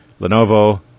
Lenovo